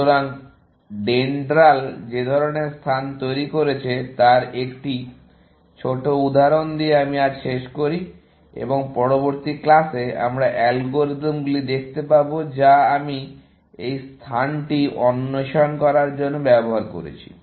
সুতরাং ডেনড্রাল যে ধরনের স্থান তৈরি করেছে তার একটি ছোট উদাহরণ দিয়ে আমি আজ শেষ করি এবং পরবর্তী ক্লাসে আমরা অ্যালগরিদমগুলি দেখতে পাব যা আমি এই স্থানটি অন্বেষণ করতে ব্যবহার করেছি